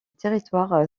territoire